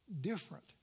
different